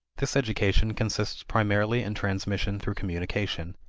this education consists primarily in transmission through communication.